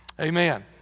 Amen